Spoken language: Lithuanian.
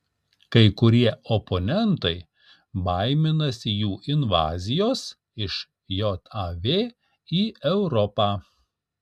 kai kurie oponentai baiminasi jų invazijos iš jav į europą